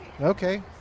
Okay